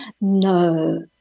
no